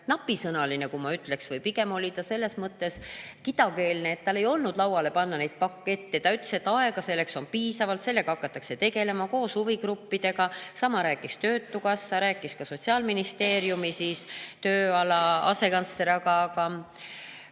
napisõnaline või, ma ütleksin, pigem oli ta selles mõttes kidakeelne, et tal ei olnud lauale panna neid pakette. Ta ütles, et aega selleks on piisavalt, sellega hakatakse tegelema koos huvigruppidega. Sama rääkis töötukassa, rääkis ka Sotsiaalministeeriumi tööala asekantsler. Aga